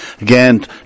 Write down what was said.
again